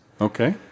Okay